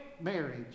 marriage